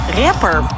rapper